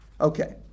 Okay